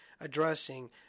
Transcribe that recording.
addressing